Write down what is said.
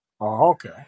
Okay